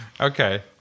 Okay